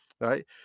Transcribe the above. right